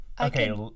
Okay